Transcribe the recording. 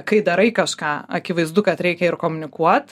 kai darai kažką akivaizdu kad reikia ir komunikuot